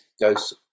goes